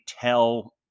tell